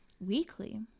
weekly